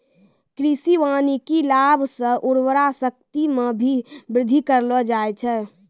कृषि वानिकी लाभ से उर्वरा शक्ति मे भी बृद्धि करलो जाय छै